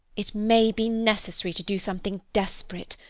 it may be necessary to do something desperate.